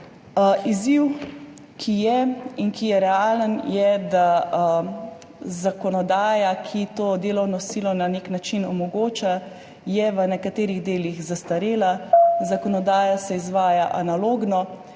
Izziv, ki je in ki je realen, je, da je zakonodaja, ki to delovno silo na nek način omogoča, v nekaterih delih zastarela. Zakonodaja se izvaja analogno.